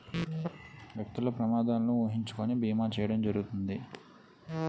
వ్యక్తులు ప్రమాదాలను ఊహించుకొని బీమా చేయడం జరుగుతుంది